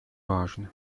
важно